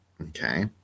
okay